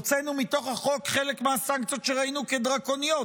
הוצאנו מתוך החוק חלק מהסנקציות שראינו כדרקוניות.